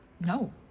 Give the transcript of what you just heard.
No